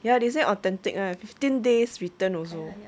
ya they say authentic [one] fifteen days return also